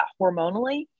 hormonally